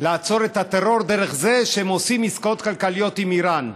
לעצור את הטרור דרך זה שהן עושות עסקאות כלכליות עם איראן,